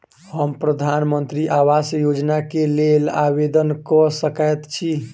हम प्रधानमंत्री आवास योजना केँ लेल आवेदन कऽ सकैत छी?